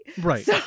Right